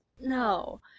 no